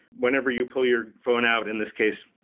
whenever you pull your phone out, in this case,